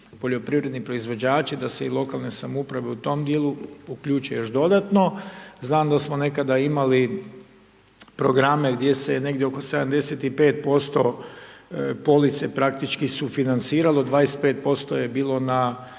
poljoprivredni proizvođači, da se i lokalne samouprave u tom dijelu uključe još dodatno. Znam da smo nekada imali programe gdje se je negdje oko 75% police praktički sufinanciralo, 25% je bilo na